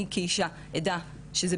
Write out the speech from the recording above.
אני לא מגנה על אף אחד כאן,